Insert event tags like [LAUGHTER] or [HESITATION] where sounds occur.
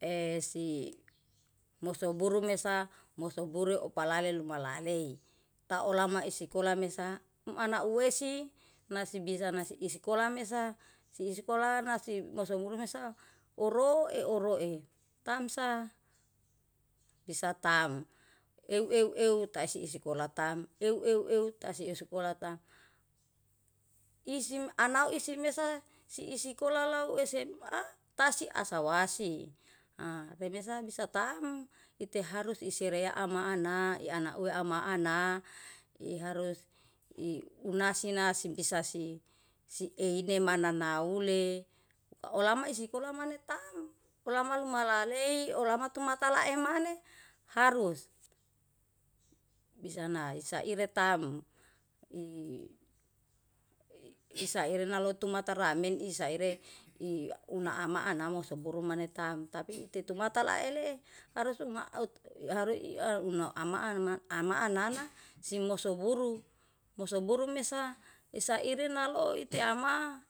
esi musuburu mesa musu buru opalale luma lalei. Taolama isikola mesa anauwesi nasibisa nasi isikola mesa siisikola nasi musumuru mehsa uroe-uroe, tamsah bisa taem euw euw euw taise isikola tam, euw euw euw taisi iskola taem. Isi anau isi mesa si isikola lae esema tasi asawasi, a remsa bisa taem ite harus isirea ama anna iana uew ama ana iharus iunasi nasi bisa si eineman nanaule, olama isikola mane taem olamalo malalei olamatu matalae manem harus bisa nae saire tam. [HESITATION] isaire nalotu mataramen isaire i unama anamu siburu maneh tam tapi itetumata lae ele harus umaut haru [HESITATION] ina ama anu nat ama anana [NOISE] simosu buru, moso buru mesa isa ire naloi teama.